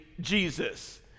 Jesus